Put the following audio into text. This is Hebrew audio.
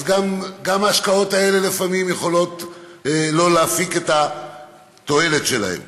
אז גם ההשקעות האלה לפעמים יכולות שלא להפיק את התועלת שלהן.